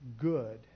good